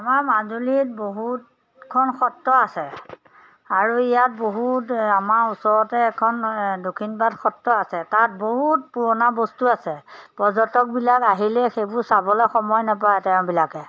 আমাৰ মাজুলীত বহুতখন সত্ৰ আছে আৰু ইয়াত বহুত আমাৰ ওচৰতে এখন দক্ষিণপাট সত্ৰ আছে তাত বহুত পুৰণা বস্তু আছে পৰ্যটকবিলাক আহিলে সেইবোৰ চাবলৈ সময় নাপায় তেওঁবিলাকে